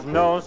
no